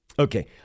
Okay